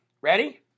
Ready